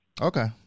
Okay